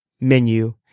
menu